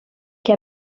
che